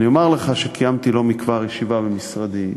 אני אומר לך שקיימתי לא מכבר ישיבה במשרדי.